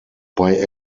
bei